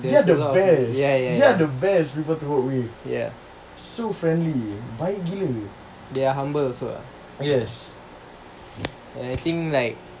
ya ya ya ya they are humble also ah and I think like